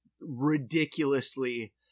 ridiculously